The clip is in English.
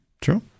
true